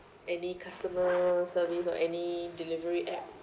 any customer service or any delivery app